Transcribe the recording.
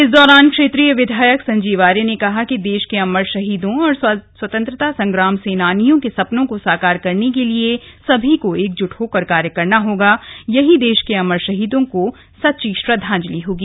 इस दौरान क्षेत्रीय विधायक संजीव आर्य ने कहा कि देश के अमर शहीदों और स्वतंत्रता संग्राम सेनानियों के सपनों को साकार करने के लिए सभी को एकजुट होकर कार्य करना होगा यही देश के अमर शहीदों के प्रति सच्ची श्रद्वांजलि होगी